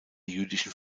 jüdischen